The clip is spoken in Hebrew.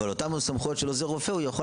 אבל אותן סמכויות של עוזר רופא הוא יכול